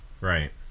right